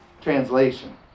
Translation